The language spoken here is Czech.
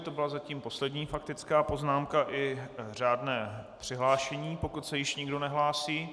To byla zatím poslední faktická poznámka i řádné přihlášení, pokud se již nikdo nehlásí.